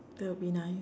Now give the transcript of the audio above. that'll be nice